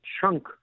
chunk